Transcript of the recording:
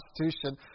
constitution